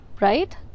right